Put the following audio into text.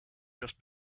just